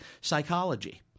psychology